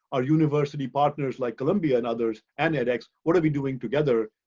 our university partners like columbia and others, and edx, what are we doing together?